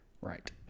Right